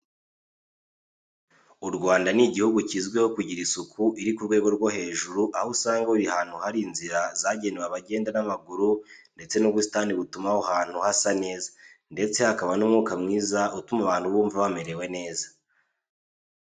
U Rwanda ni igihugu kizwuho kugira isuku iri ku rwego rwo hejuru aho usanga buri hantu hari inzira zagenewe abagenda n'amaguru ndetse n'ubusitani butuma aho hantu hasa neza ndetse hakaba n'umwuka mwiza utuma abantu bumva bamerewe neza.